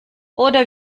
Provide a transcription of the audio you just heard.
oder